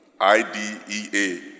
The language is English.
I-D-E-A